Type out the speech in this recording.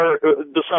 december